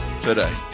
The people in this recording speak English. today